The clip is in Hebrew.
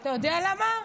אתה יודע למה?